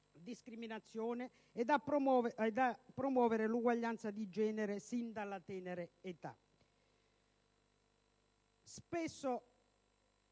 discriminazione ed a promuovere l'uguaglianza di genere sin dalla tenera età.